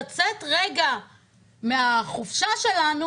לצאת רגע מהחופשה שלנו,